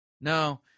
No